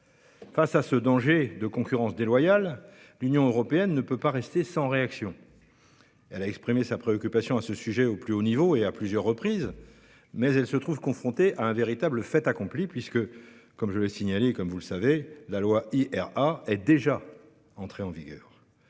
Face à ce danger de concurrence déloyale, l'Union européenne ne peut pas rester sans réaction. Elle a exprimé sa préoccupation à ce sujet au plus haut niveau et à plusieurs reprises, mais elle se trouve véritablement mise devant le fait accompli, puisque, comme je l'ai signalé, la loi IRA est déjà entrée en vigueur.